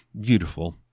beautiful